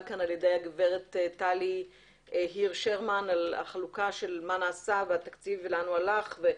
על ידי הגברת טלי הירש שרמן על החלוקה של מה נעשה ולאן הלך התקציב.